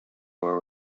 were